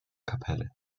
kapelle